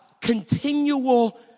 continual